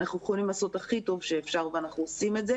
אנחנו יכולים לעשות הכי טוב שאפשר ואנחנו עושים את זה,